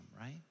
right